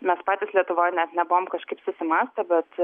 mes patys lietuvoj net nebuvom kažkaip susimąstę bet